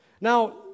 Now